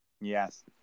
Yes